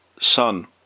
Son